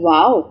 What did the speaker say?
Wow